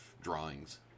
drawings